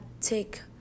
take